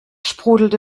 sprudelte